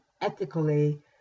ethically